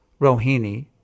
Rohini